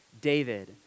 David